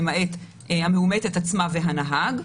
למעט המאומתת עצמה והנהג,